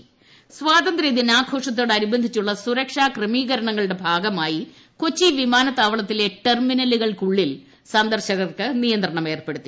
ടട സന്ദർശകർക്ക് നിയന്ത്രണം സ്വാതന്ത്രൃ ദിനാഘോഷത്തോട് അനുബന്ധിച്ചുള്ള സുരക്ഷാ ക്രമീകരണങ്ങളുടെ ഭാഗമായി കൊച്ചി വിമാനത്താവളത്തിലെ ടെർമിനലുകൾക്കുള്ളിൽ സന്ദർശകർക്ക് നിയന്ത്രണം ഏർപ്പെടുത്തി